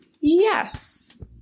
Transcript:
yes